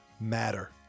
matter